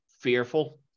fearful